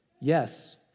Yes